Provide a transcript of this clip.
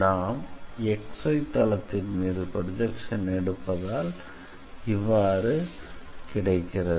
நாம் xy தளத்தின் மீது ப்ரொஜெக்ஷன் எடுப்பதால் இவ்வாறு கிடைக்கிறது